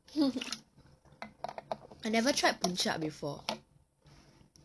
I've never tried puncak before